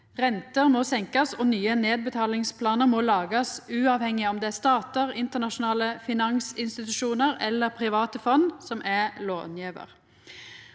renter må senkast og nye nedbetalingsplanar må lagast, uavhengig av om det er statar, internasjonale finansinstitusjonar eller private fond som er långjevarar.